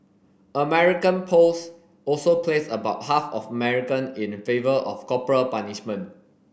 American polls also placed about half of American in favor of corporal punishment